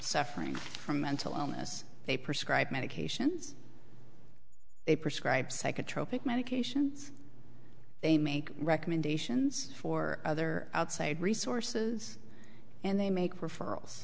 suffering from mental illness they prescribe medications they prescribe psychotropic medications they make recommendations for other outside resources and they make referrals